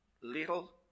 little